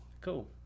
cool